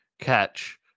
catch